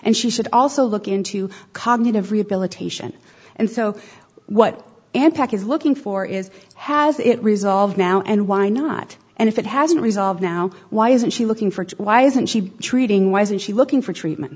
and she should also look into cognitive rehabilitation and so what and pack is looking for is has it resolved now and why not and if it hasn't resolved now why isn't she looking for why isn't she treating why isn't she looking for treatment